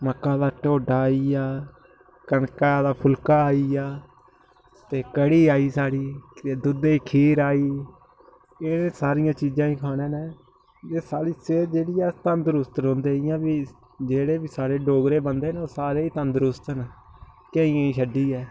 मक्का दा टोडा आई गेआ कनका दा फुल्का आई गेआ ते कड़ी आई साढ़ी दूद्धै दी खीर आई एह् सारियां चीज़ां खाने ने साढ़ी सेह्त जेह्ड़ी ऐ अस तन्दरुस्त रौंह्दे इयां बी जेह्ड़े बी साढ़े डोगरे बन्दे न ओह् सारे ई तन्दरुस्त न केइयें गी छड्डियै